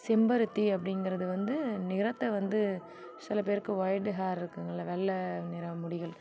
செம்பருத்தி அப்படிங்குறது வந்து நிறத்தை வந்து சில பேருக்கு ஒயிட் ஹேர் இருக்குங்கள்லே வெள்ளை நிற முடிகள்